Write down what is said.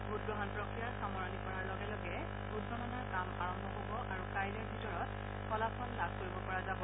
ভোটগ্ৰহণ প্ৰক্ৰিয়াৰ সামৰণি পৰাৰ লগে লগে ভোটগণনাৰ কাম আৰম্ভ হ'ব আৰু কাইলৈৰ ভিতৰত ফলাফল লাভ কৰিব পৰা যাব